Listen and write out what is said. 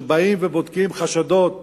כשבאים ובודקים חשדות